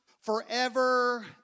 forever